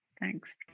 thanks